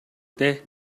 дээ